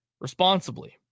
responsibly